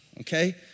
Okay